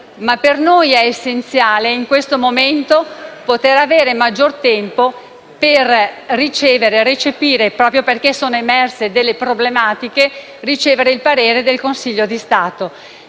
ma per noi è essenziale in questo momento avere maggior tempo, proprio perché sono emerse delle problematiche, al fine di ricevere il parere del Consiglio di Stato.